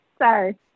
Sorry